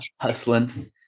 hustling